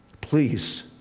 please